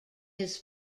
his